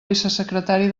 vicesecretari